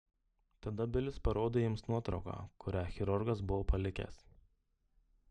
tada bilis parodė jiems nuotrauką kurią chirurgas buvo palikęs